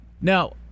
Now